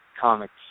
comics